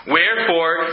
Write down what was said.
Wherefore